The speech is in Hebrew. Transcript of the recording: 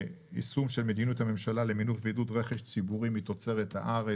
יישום מדיניות הממשלה למינוף ועידוד רכש ציבורי מתוצאת הארץ.